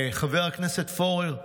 חבר הכנסת פורר,